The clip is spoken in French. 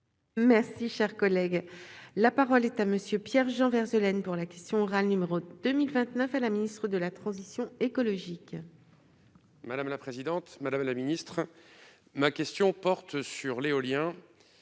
Merci, cher collègue, la parole est à monsieur Pierre-Jean Vergne Solenne pour la question orale, numéro 2 1029 à la ministre de la transition écologique. Madame la présidente, madame la ministre ma question porte sur l'éolien